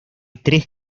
tres